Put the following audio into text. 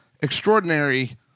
extraordinary